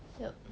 yup